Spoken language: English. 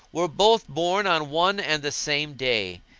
were both born on one and the same day.